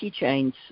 keychains